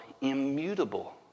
immutable